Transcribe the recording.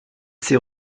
s’est